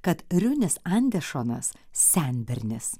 kad riunis andešonas senbernis